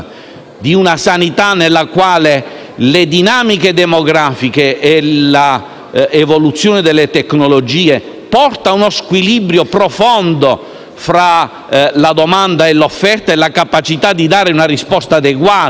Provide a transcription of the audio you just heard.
di una sanità nella quale le dinamiche demografiche e l'evoluzione delle tecnologie portano a uno squilibrio profondo fra la domanda e l'offerta e nella capacità di dare una risposta adeguata